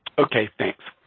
okay, thanks.